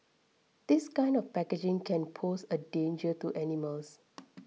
this kind of packaging can pose a danger to animals